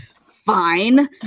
fine